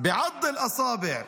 (אומר בערבית:),